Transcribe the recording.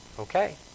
Okay